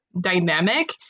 dynamic